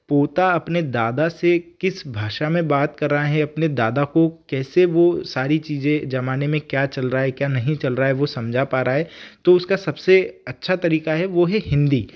पोता अपने दादा से किस भाषा में बात कर रहा है अपने दादा को कैसे वो सारी चीजें जमाने में क्या चल रहा है क्या नहीं चल रहा है वो समझा पा रहा है तो उसका सबसे अच्छा तरीका है वो है हिंदी